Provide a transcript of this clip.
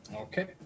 Okay